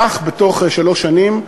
כך בתוך שלוש שנים,